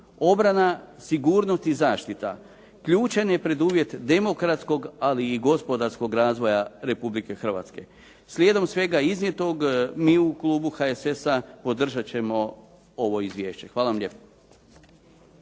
Obrana, sigurnost i zaštita ključan je preduvjet demokratskog, ali i gospodarskog razvoja Republike Hrvatske. Slijedom svega iznijetog, mi u klubu HSS-a podržat ćemo ovo izvješće. Hvala vam lijepo.